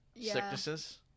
sicknesses